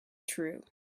true